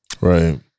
right